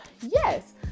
yes